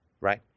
right